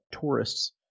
tourists